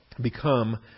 Become